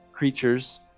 Creatures